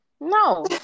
No